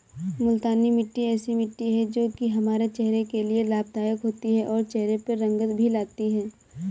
मूलतानी मिट्टी ऐसी मिट्टी है जो की हमारे चेहरे के लिए लाभदायक होती है और चहरे पर रंगत भी लाती है